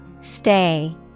stay